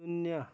शून्य